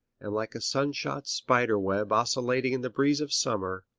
and like a sun-shot spider web oscillating in the breeze of summer,